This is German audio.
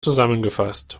zusammengefasst